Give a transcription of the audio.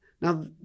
Now